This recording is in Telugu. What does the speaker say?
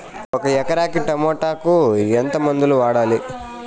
ఒక ఎకరాకి టమోటా కు ఎంత మందులు వాడాలి?